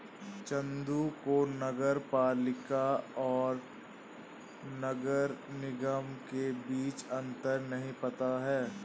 चंदू को नगर पालिका और नगर निगम के बीच अंतर नहीं पता है